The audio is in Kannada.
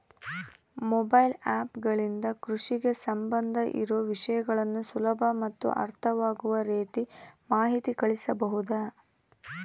ಮೊಬೈಲ್ ಆ್ಯಪ್ ಗಳಿಂದ ಕೃಷಿಗೆ ಸಂಬಂಧ ಇರೊ ವಿಷಯಗಳನ್ನು ಸುಲಭ ಮತ್ತು ಅರ್ಥವಾಗುವ ರೇತಿ ಮಾಹಿತಿ ಕಳಿಸಬಹುದಾ?